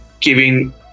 giving